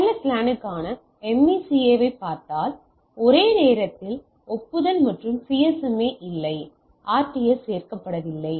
WLAN க்கான MACA ஐப் பார்த்தால் ஒரே நேரத்தில் ஒப்புதல் மற்றும் CSMA இல்லை RTS சேர்க்கப்படவில்லை